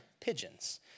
pigeons